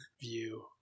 view